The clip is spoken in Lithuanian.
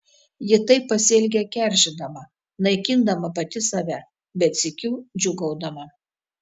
ji taip pasielgė keršydama naikindama pati save bet sykiu džiūgaudama